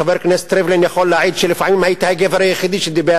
חבר הכנסת ריבלין יכול להעיד שלפעמים הייתי הגבר היחיד שדיבר